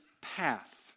path